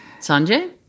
Sanjay